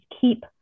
keep